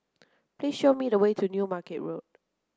please show me the way to New Market Road